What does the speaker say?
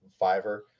Fiverr